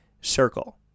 circle